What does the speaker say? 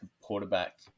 quarterback